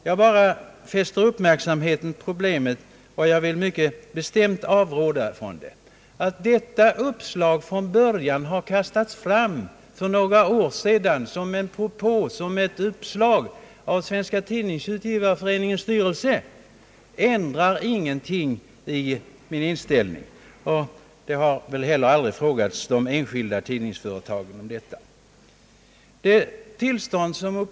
Jag bara fäster uppmärksamheten på problemet och vill mycket bestämt avråda från ett sådant steg. Att detta uppslag från början kastades fram för några år sedan av Svenska tidningsutgivareföreningens styrelse ändrar ingenting i min inställning. De enskilda tidningsföretagen har väl aldrig heller tillfrågats i denna sak.